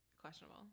questionable